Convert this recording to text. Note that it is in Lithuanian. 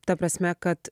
ta prasme kad